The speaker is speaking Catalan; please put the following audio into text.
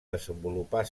desenvolupar